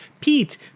Pete